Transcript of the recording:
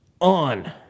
on